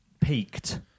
peaked